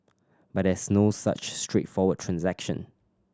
but there's no such straightforward transaction